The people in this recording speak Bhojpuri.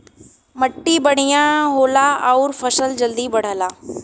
मट्टी बढ़िया होला आउर फसल जल्दी बढ़ला